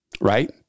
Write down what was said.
Right